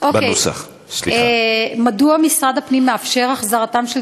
מדוע משרד הפנים מאפשר את חזרתם של